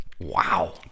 Wow